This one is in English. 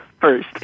first